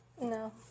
No